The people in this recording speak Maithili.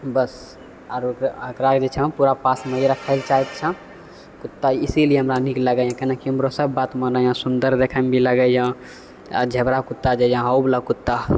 बस आओर एकरा जे छै पूरा एकदम पासमे रखैलए चाहै छिए कुत्ता इसिलिए हमरा नीक लागैए कियाकि हमरा सब बात मानैए सुन्दर देखैमे भी लागैए आओर झबरा कुत्ता जे अइ हौवला कुत्ता